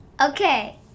Okay